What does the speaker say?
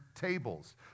tables